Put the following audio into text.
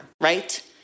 right